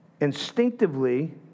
Instinctively